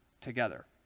together